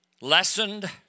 lessened